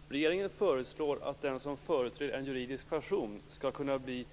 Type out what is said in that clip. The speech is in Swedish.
Fru talman! Regeringen föreslår att den som företräder en juridisk person skall kunna bli